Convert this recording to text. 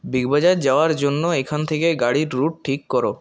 big Bazaar যাওয়ার জন্য এখান থেকে গাড়ির রুট ঠিক কর